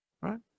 right